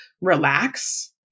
relax